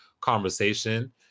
conversation